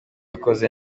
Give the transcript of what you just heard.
akoze